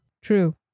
True